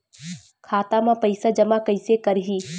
खाता म पईसा जमा कइसे करही?